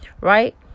right